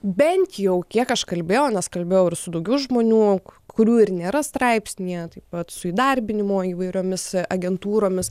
bent jau kiek aš kalbėjau nes kalbėjau ir su daugiau žmonių kurių ir nėra straipsnyje taip pat su įdarbinimo įvairiomis agentūromis